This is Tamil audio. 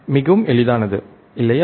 மிகவும் எளிதானது இல்லையா